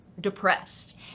depressed